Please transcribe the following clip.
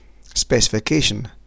Specification